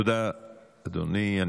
תודה, אדוני.